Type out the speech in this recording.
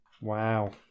Wow